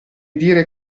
dire